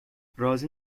راضی